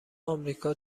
امریکا